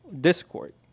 Discord